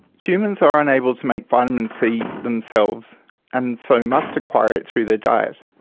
humans are unable to make vitamin c themselves and so must acquire it through their diet.